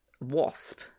Wasp